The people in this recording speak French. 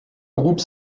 groupes